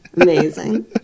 amazing